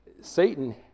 Satan